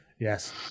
yes